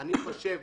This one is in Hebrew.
אני חושב